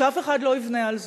שאף אחד לא יבנה על זה.